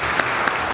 Hvala